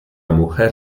mujer